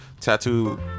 tattoo